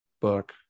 book